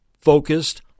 focused